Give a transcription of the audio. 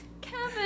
Kevin